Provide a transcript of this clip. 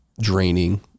draining